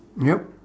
yup